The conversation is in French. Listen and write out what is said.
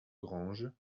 granges